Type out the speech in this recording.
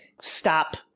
stop